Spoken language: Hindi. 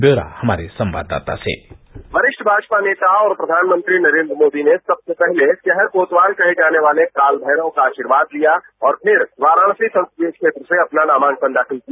ब्यौरा हमारे संवाददाता से वरिष्ठ भाजपा नेता और प्रधानमंत्री नरेन्द्र मोदी ने सबसे पहले शहर कोतवाल कहे जाने वाले काल भैरव का आशीर्वाद लिया और फिर वाराणसी संसदीय क्षेत्र से अपना नामांकन दाखिल किया